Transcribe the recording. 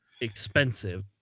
Expensive